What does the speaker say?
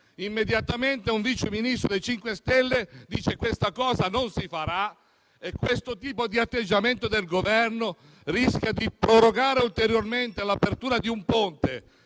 Immediatamente un Vice Ministro dei 5 Stelle dice che questa cosa non si farà e questo atteggiamento del Governo rischia di prorogare ulteriormente l'apertura di un ponte